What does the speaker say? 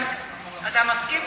אתה מסכים?